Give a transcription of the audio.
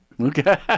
Okay